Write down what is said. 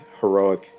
heroic